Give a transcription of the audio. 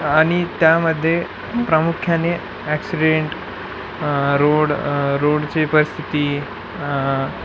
आणि त्यामध्ये प्रामुख्याने ॲक्सिडेंट रोड रोडची परिस्थिती